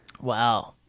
wow